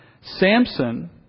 Samson